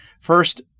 First